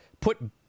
Put